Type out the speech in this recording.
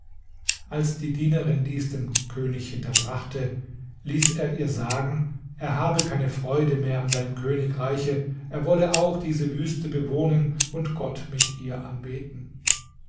als die dienerin dies dem könig hinterbrachte ließ er ihr sagen er habe keine freude mehr an seinem königreiche er wolle auch diese wüste bewohnen und gott mit ihr anbeten